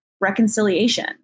reconciliation